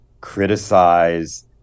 criticize